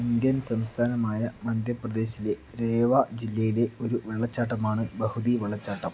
Indian സംസ്ഥാനമായ മധ്യപ്രദേശിലെ രേവ ജില്ലയിലെ ഒരു വെള്ളച്ചാട്ടമാണ് ബഹുതി വെള്ളച്ചാട്ടം